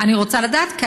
אני רוצה לדעת,